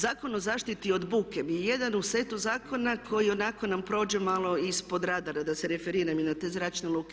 Zakon o zaštiti od buke je jedan u setu zakona koji onako nam prođe malo ispod radara da se referiram i na te zračne luke.